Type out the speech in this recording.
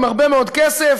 עם הרבה מאוד כסף,